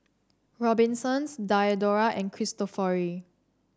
Robinsons Diadora and Cristofori